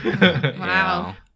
Wow